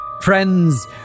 Friends